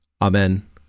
Amen